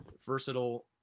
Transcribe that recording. versatile